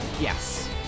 Yes